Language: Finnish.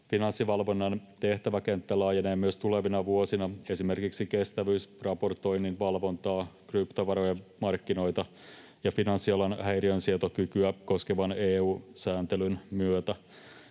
Finanssivalvonnan tehtäväkenttä laajenee myös tulevina vuosina esimerkiksi kestävyysraportoinnin valvontaa, kryptovarojen markkinoita ja finanssialan häiriönsietokykyä koskevan EU-sääntelyn myötä.